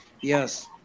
Yes